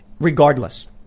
Regardless